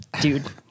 Dude